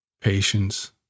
patience